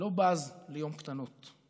שלא בז ליום קטנות.